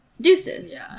deuces